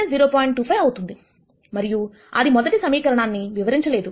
25 అవుతుంది మరియు అది మొదటి సమీకరణాన్ని వివరించలేదు